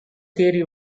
theory